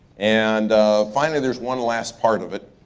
and finally there's one last part of it.